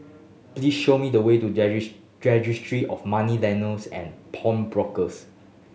please show me the way to Registry of Moneylenders and Pawnbrokers